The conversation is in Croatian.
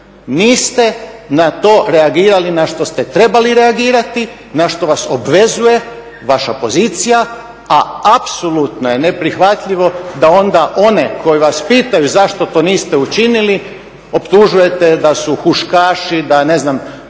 niste na to reagirali na što ste trebali reagirati, na što vas obvezuje vaša pozicija, a apsolutno je neprihvatljivo da onda one koji vas pitaju zašto to niste učinili optužujete da su huškači, ne znam